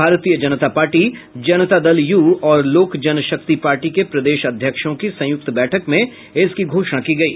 भारतीय Janata party Janata Dal U और Lok Janshakti party के प्रदेश अध्यक्षों की संयुक्त बैठक में इसकी घोषणा की गयी